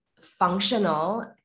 functional